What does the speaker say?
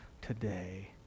today